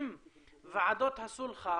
אם ועדות הסולחה,